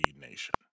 Nation